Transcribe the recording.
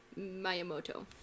mayamoto